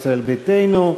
ישראל ביתנו.